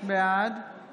בעד